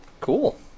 Cool